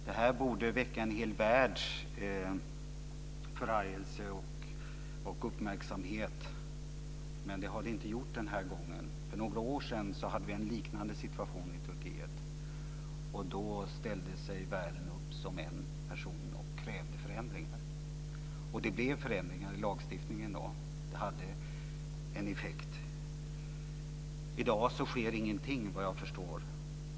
Det här borde väcka en hel världs förargelse och uppmärksamhet. Men det har det inte gjort den här gången. För några år sedan hade vi en liknande situation i Turkiet. Då ställde sig världen upp som en person och krävde förändringar. Och det blev förändringar i lagstiftningen då. Det hade en effekt. I dag sker ingenting, såvitt jag förstår.